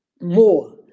more